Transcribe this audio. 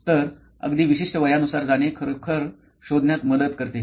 तर अगदी विशिष्ट वयानुसार जाणे खरोखर शोधण्यात मदत करते